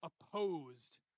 opposed